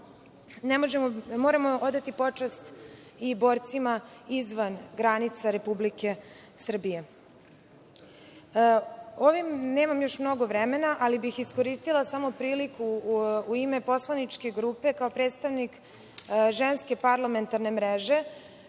moramo odati počast i borcima izvan granice Republike Srbije. Nemam još mnogo vremena, ali bih iskoristila priliku u ime poslaničke grupe i kao predstavnik Ženske parlamentarne mreže